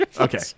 Okay